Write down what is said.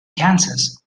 kansas